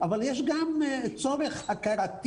אבל יש גם צורך הכרתי.